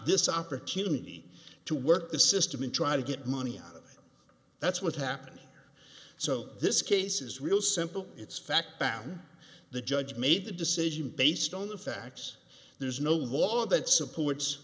this opportunity to work the system and try to get money and that's what happened so this case is real simple it's fact down the judge made the decision based on the facts there's no law that supports